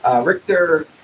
Richter